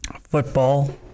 football